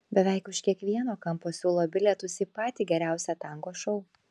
beveik už kiekvieno kampo siūlo bilietus į patį geriausią tango šou